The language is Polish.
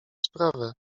sprawę